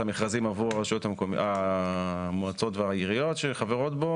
המכרזים עבור המועצות והעיריות שחברות בו.